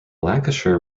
lancashire